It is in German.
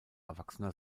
erwachsener